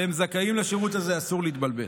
והם זכאים לשירות הזה, אסור להתבלבל.